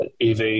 EV